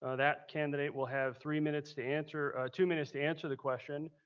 ah that candidate will have three minutes to answer, two minutes to answer the question.